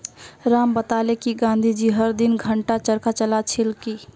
राम बताले कि गांधी जी हर दिन दी घंटा चरखा चला छिल की